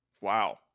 wow